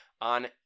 on